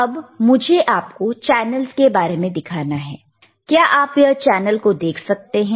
अब मुझे आपको चैनलस के बारे में दिखाना है क्या आप यह चैनल को देख सकते हैं